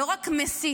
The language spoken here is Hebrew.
לא רק מסית,